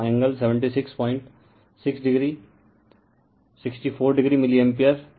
तो angle 766 o a 64 o milli ampere